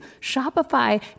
Shopify